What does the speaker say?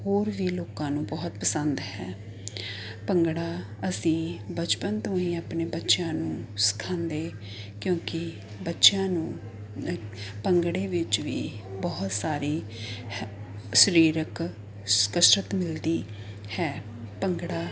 ਹੋਰ ਵੀ ਲੋਕਾਂ ਨੂੰ ਬਹੁਤ ਪਸੰਦ ਹੈ ਭੰਗੜਾ ਅਸੀਂ ਬਚਪਨ ਤੋਂ ਹੀ ਆਪਣੇ ਬੱਚਿਆਂ ਨੂੰ ਸਿਖਾਉਂਦੇ ਕਿਉਂਕਿ ਬੱਚਿਆਂ ਨੂੰ ਭੰਗੜੇ ਵਿੱਚ ਵੀ ਬਹੁਤ ਸਾਰੇ ਸਰੀਰਕ ਕਸਰਤ ਮਿਲਦੀ ਹੈ ਭੰਗੜਾ